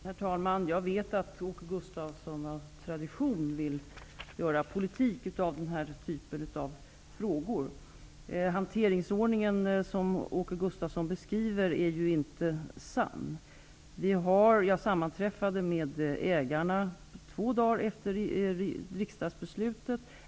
Herr talman! Jag vet att Åke Gustavsson av tradition vill göra politik av den här typen av frågor. Den hanteringsordning som Åke Gustavsson beskriver är inte sann. Jag sammanträffade med ägarna två dagar efter riksdagsbeslutet.